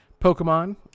Pokemon